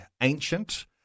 ancient